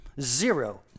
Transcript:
Zero